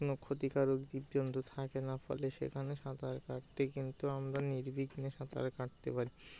কোনো ক্ষতিকারক জীবজন্তু থাকে না ফলে সেখানে সাঁতার কাটতে কিন্তু আমরা নির্বিঘ্নে সাঁতার কাটতে পারি